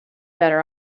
better